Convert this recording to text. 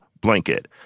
blanket